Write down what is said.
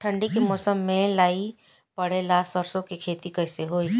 ठंडी के मौसम में लाई पड़े ला सरसो के खेती कइसे होई?